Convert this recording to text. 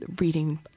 reading